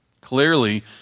Clearly